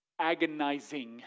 Agonizing